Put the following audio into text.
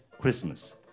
Christmas